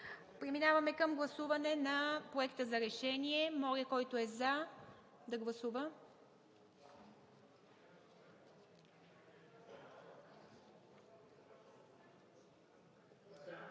Преминаваме към гласуване на Проекта за решение. Моля, който е за, да гласува.